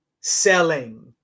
selling